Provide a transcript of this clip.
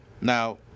Now